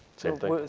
same thing,